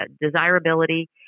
desirability